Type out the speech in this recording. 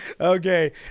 Okay